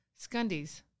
Scundies